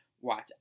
watch